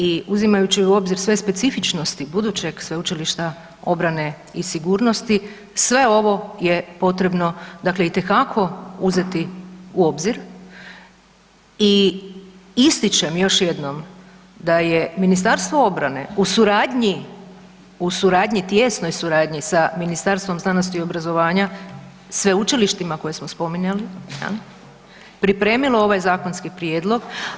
I uzimajući u obzir sve specifičnosti budućeg Sveučilišta obrane i sigurnosti sve ovo je potrebno dakle itekako uzeti u obzir i ističem još jednom da je Ministarstvo obrane u suradnji, u suradnji, tijesnoj suradnji sa Ministarstvom znanosti i obrazovanja sveučilištima koje smo spominjali jel, pripremilo ovaj zakonski prijedlog.